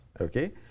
Okay